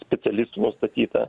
specialistų nustatyta